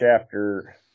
chapter